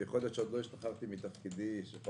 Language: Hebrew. יכול להיות שעוד לא השתחררתי מתפקידי שבו